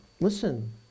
Listen